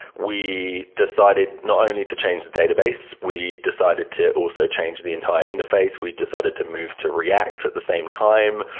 we decided not only to change the database. we decided to also change the entire interface. we decided to move to react at the same time.